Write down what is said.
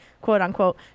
quote-unquote